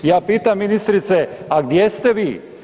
Ja pitam ministrice a gdje ste vi?